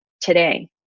today